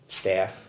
staff